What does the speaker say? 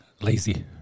Lazy